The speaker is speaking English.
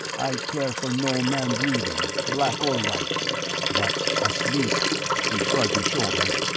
i care for no man breathing, black or white but asleep he shrugged his shoulders.